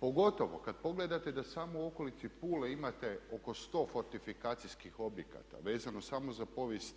pogotovo kad pogledate da samo u okolici Pule imate oko 100 fortifikacijskih objekata vezano samo za povijest